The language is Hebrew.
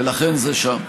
ולכן זה שם.